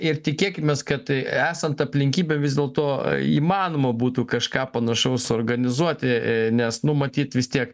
ir tikėkimės kad esant aplinkybėm vis dėlto įmanoma būtų kažką panašaus suorganizuoti nes nu matyt vis tiek